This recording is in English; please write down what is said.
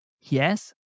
yes